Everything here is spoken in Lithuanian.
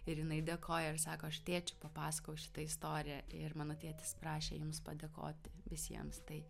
ir jinai dėkoja ir sako aš tėčiui papasakojau šitą istoriją ir mano tėtis prašė jums padėkoti visiems tai